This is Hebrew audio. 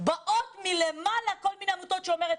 באות מלמעלה כל מיני עמותות שאומרות,